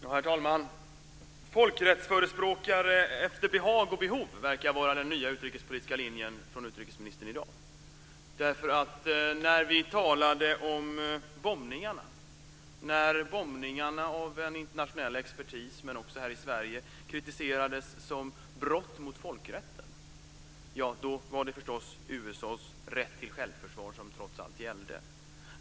Herr talman! Folkrättsförespråkare efter behag och behov verkar vara den nya utrikespolitiska linjen från utrikesministern i dag. När vi talade om bombningarna i Afghanistan, och när bombningarna av en internationell expertis men också här i Sverige kritiserades som brott mot folkrätten, var det förstås USA:s rätt till självförsvar som trots allt gällde.